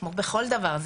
כמו בכל דבר,